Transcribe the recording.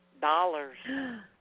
Dollars